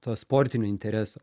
to sportinio intereso